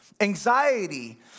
anxiety